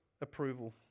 approval